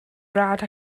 rhad